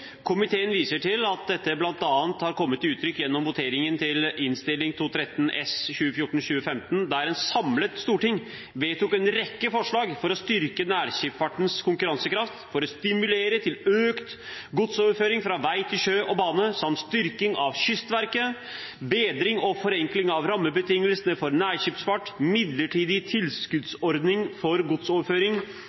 Komiteen viser til at dette bl.a. har kommet til uttrykk gjennom voteringen til Innst. 213 S for 2014–2015, der et samlet storting vedtok en rekke forslag for å styrke nærskipsfartens konkurransekraft for å stimulere til økt godsoverføring fra vei til sjø og bane, som styrking av Kystverket, bedring og forenkling av rammebetingelsene for nærskipsfart, midlertidig tilskuddsordning for godsoverføring,